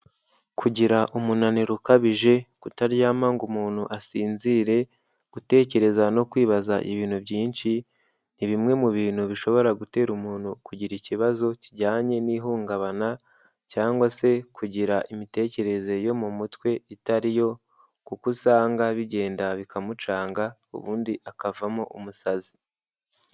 Kugira umunaniro ukabije, kutaryama ngo umuntu asinzire, gutekereza no kwibaza ibintu byinshi ni bimwe mu bintu bishobora gutera umuntu kugira ikibazo kijyanye n'ihungabana cyangwa se kugira imitekerereze yo mu mutwe itariyo kuko usanga bigenda bikamucanga ubundi akavamo umusazi.